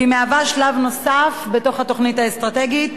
והיא מהווה שלב נוסף בתוכנית האסטרטגית